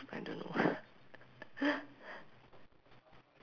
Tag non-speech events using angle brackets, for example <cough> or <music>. I don't know <laughs>